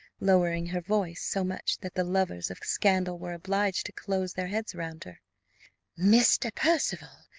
lowering her voice so much that the lovers of scandal were obliged to close their heads round her mr. percival,